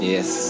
Yes